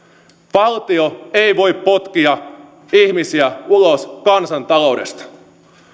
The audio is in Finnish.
valtio ei voi potkia ihmisiä ulos kansantaloudesta